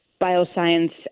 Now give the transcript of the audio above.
bioscience